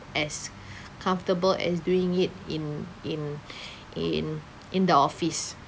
as comfortable as doing it in in in in the office